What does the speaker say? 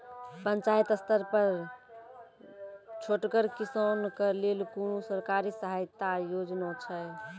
पंचायत स्तर पर छोटगर किसानक लेल कुनू सरकारी सहायता योजना छै?